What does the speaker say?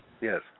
yes